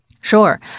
Sure